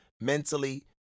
mentally